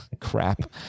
Crap